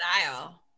style